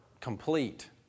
complete